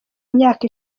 myaka